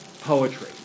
poetry